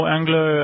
Anglo